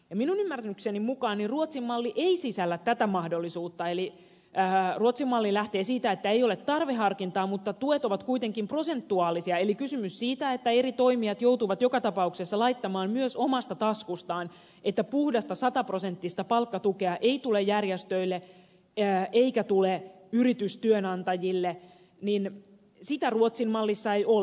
minun ymmärrykseni mukaan ruotsin malli ei sisällä tätä mahdollisuutta eli ruotsin malli lähtee siitä että ei ole tarveharkintaa mutta tuet ovat kuitenkin prosentuaalisia eli kysymystä siitä että eri toimijat joutuvat joka tapauksessa laittamaan myös omasta taskustaan että puhdasta sataprosenttista palkkatukea ei tule järjestöille eikä tule yritystyönantajille ruotsin mallissa ei ole